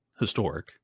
historic